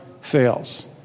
fails